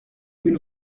une